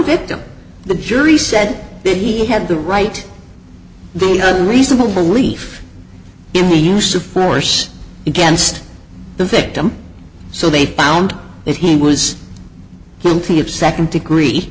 victim the jury said that he had the right the reasonable belief in the use of force against the victim so they found he was guilty of second degree